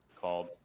called